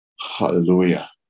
Hallelujah